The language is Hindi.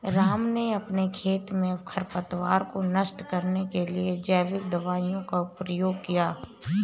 राम ने अपने खेत में खरपतवार को नष्ट करने के लिए जैविक दवाइयों का प्रयोग किया